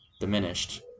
diminished